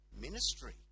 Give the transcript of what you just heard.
ministry